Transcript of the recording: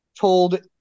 told